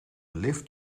lift